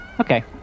okay